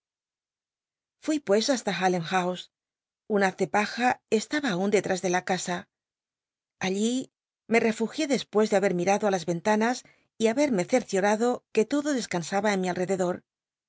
fui pues hasta salem house un haz de paja estaba aun detras de la c sa allí me refugié despues de haber mirado á las ventanas y haberme cerciorado que lodo desc nsaba en mi alrededor o